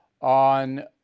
on